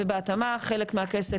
ובהתאמה חלק מהכסף,